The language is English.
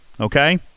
Okay